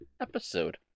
episode